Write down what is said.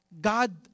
God